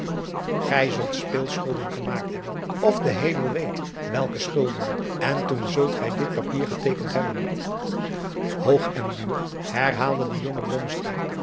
gij zult speelschulden gemaakt hebben of de hemel weet welke schulden en toen zult gij dit papier geteekend hebben hoog en duur herhaalde de jonge